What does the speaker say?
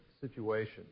situation